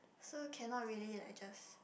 so cannot really like just